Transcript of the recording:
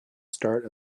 start